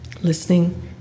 Listening